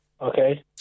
Okay